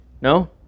No